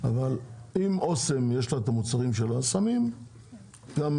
אבל אם יש לאסם את המוצרים שלה אז אפשר לשים לצד